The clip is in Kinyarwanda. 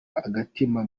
agatima